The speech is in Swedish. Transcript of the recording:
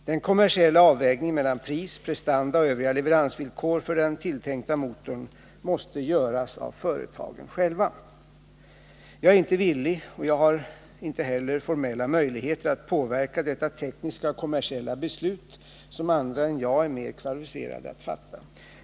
Den kommersiella avvägningen mellan pris, prestanda och övriga leveransvillkor för den tilltänkta motorn måste göras av företagen själva. Jag är inte villig, och jag har inte heller formella möjligheter, att påverka detta tekniska och kommersiella beslut som andra än jag är mer kvalificerade att fatta.